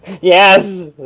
yes